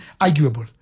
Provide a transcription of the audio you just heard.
arguable